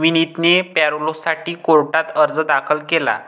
विनीतने पॅरोलसाठी कोर्टात अर्ज दाखल केला